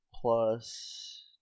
plus